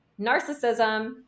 narcissism